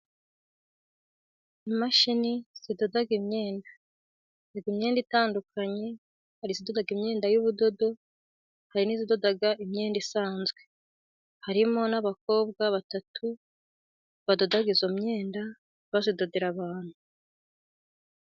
Imashini zidoda imyenda, zidoda imyenda itandukanye, hari izidoda imyenda y'ubudodo, hari n'izidoda imyenda isanzwe, harimo n'abakobwa batatu badoda iyo myenda bayidodera abantu.